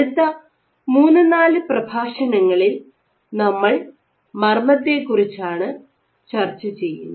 അടുത്ത മൂന്നു നാല് പ്രഭാഷണങ്ങളിൽ നമ്മൾ മർമ്മത്തെ കുറിച്ചാണ് ചർച്ച ചെയ്യുന്നത്